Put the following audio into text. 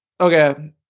okay